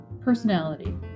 personality